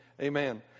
Amen